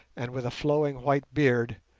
and with a flowing white beard,